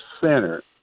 center